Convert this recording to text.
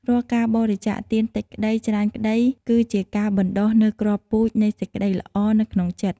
រាល់ការបរិច្ចាគទានតិចក្តី ច្រើនក្តី គឺជាការបណ្ដុះនូវគ្រាប់ពូជនៃសេចក្ដីល្អនៅក្នុងចិត្ត។